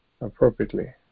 appropriately